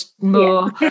more